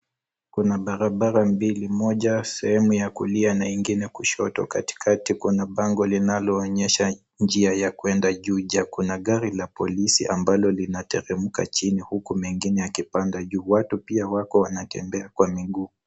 Kuna barabara mbili moja sehemu ya kulia na ingine kushoto, katikati kuna bango linaloonyesha njia ya kwenda Juja. Kuna gari la polisi ambalo linateremka chini huku mengine yakipanda juu. Watu pia wako wanatembea kwa miguu.